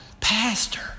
Pastor